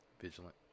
vigilant